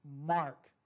Mark